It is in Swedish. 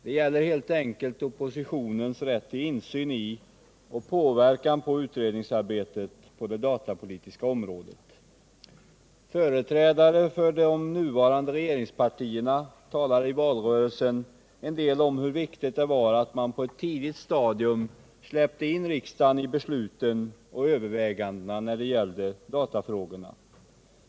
Det gäller helt enkelt oppositionens rätt till insyn i och påverkan av utredningsarbetet på det datapolitiska området. Företrädare för de nuvarande regeringspartierna talade i valrörelsen en del om hur viktigt det var att man på ett tidigt stadium släppte in riksdagen i besluten och övervägandena när det gällde datafrågorna.